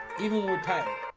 even we'll type